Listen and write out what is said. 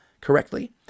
correctly